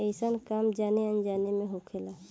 अइसन काम जाने अनजाने मे होखेला